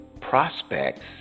prospects